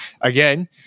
again